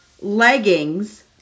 leggings